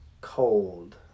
cold